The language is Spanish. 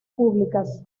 públicas